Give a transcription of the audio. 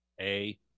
A-